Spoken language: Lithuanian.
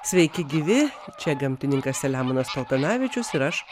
sveiki gyvi čia gamtininkas selemonas paltanavičius ir aš